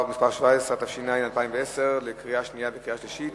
17), התש"ע 2010, קריאה שנייה ובקריאה שלישית.